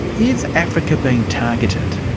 is africa being targeted?